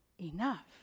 Enough